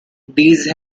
these